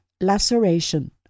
laceration